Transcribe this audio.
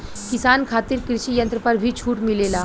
किसान खातिर कृषि यंत्र पर भी छूट मिलेला?